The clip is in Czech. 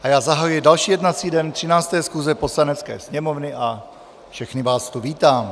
Je 14.00 a já zahajuji další jednací den 13. schůze Poslanecké sněmovny a všechny vás tu vítám.